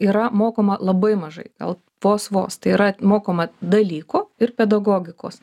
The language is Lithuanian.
yra mokoma labai mažai gal vos vos tai yra mokoma dalyko ir pedagogikos